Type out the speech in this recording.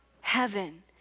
heaven